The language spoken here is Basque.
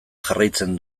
jarraitzen